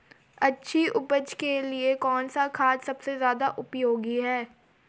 अच्छी उपज के लिए कौन सा खाद सबसे ज़्यादा उपयोगी है?